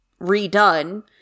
redone